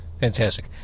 Fantastic